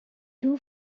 too